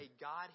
God